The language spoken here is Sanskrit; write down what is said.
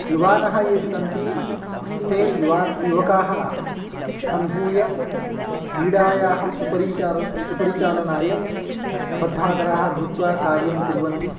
युवानः ये सन्ति ते युवाक् युवकाः सम्भूय क्रीडायाः सुपरिचार् सुपरिचालनाय बद्धादराः भूत्वा कार्यं कुर्वन्ति